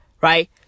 Right